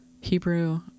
hebrew